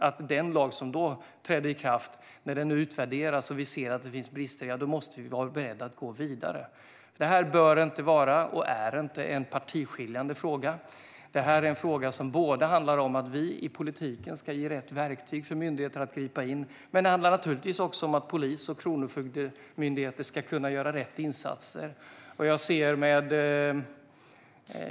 När den lag som då trädde i kraft nu utvärderas och vi ser att det finns brister tycker jag att det är viktigt att vi är beredda att gå vidare. Detta bör inte vara en partiskiljande fråga, och är det inte heller. Frågan handlar både om att vi inom politiken ska ge rätt verktyg till myndigheterna så att de kan gripa in och om att polisen och Kronofogdemyndigheten ska kunna göra rätt insatser.